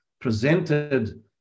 presented